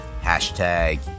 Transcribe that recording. Hashtag